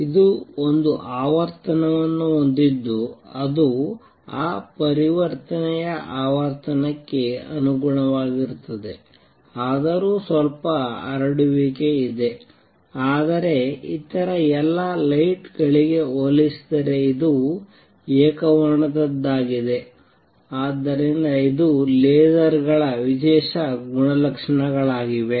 ಇದು ಒಂದು ಆವರ್ತನವನ್ನು ಹೊಂದಿದ್ದು ಅದು ಆ ಪರಿವರ್ತನೆಯ ಆವರ್ತನಕ್ಕೆ ಅನುಗುಣವಾಗಿರುತ್ತದೆ ಆದರೂ ಸ್ವಲ್ಪ ಹರಡುವಿಕೆ ಇದೆ ಆದರೆ ಇತರ ಎಲ್ಲ ಲೈಟ್ ಗಳಿಗೆ ಹೋಲಿಸಿದರೆ ಇದು ಏಕವರ್ಣದದ್ದಾಗಿದೆ ಆದ್ದರಿಂದ ಇದು ಲೇಸರ್ಗಳ ವಿಶೇಷ ಗುಣಲಕ್ಷಣಗಳಾಗಿವೆ